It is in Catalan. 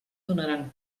donaran